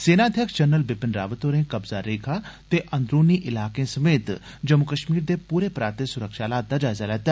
सेना अध्यक्ष जनरल बिपिन रावत होरें कब्ज़ा रेखा अंदरूनी इलाकें समेत जम्मू कष्मीर दे पूरे पराते सुरक्षा हालात दा जायजा लैता